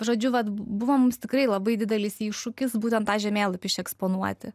žodžiu vat buvo mums tikrai labai didelis iššūkis būtent tą žemėlapį išeksponuoti